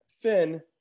Finn